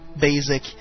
basic